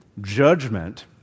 judgment